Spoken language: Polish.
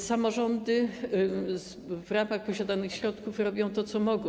Samorządy w ramach posiadanych środków robią to, co mogą.